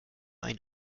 ein